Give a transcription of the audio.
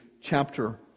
chapter